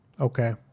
Okay